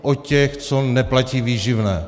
O těch, co neplatí výživné.